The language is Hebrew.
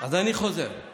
אז אני חוזר על